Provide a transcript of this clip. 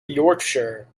yorkshire